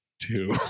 two